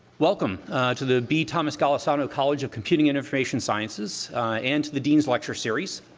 welcome to the b thomas golisano college of computing and information sciences and to the dean's lecture series.